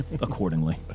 accordingly